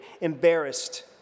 embarrassed